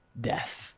death